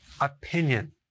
opinion